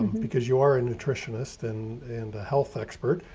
because you are a nutritionist and, and a health expert,